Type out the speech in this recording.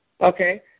Okay